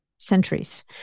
centuries